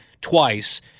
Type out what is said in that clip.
twice